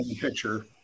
picture